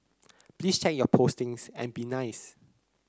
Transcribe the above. please check your postings and be nice